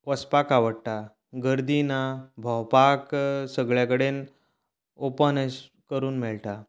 वचपाक आवडटा गर्दी ना भोंवपाक सगळे कडेन ऑपन अशें करून मेळटा